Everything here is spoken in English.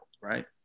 right